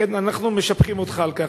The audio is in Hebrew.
לכן, אנחנו משבחים אותך על כך.